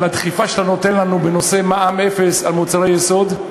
על הדחיפה שאתה נותן לנו בנושא מע"מ אפס על מוצרי יסוד.